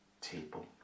table